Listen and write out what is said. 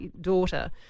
daughter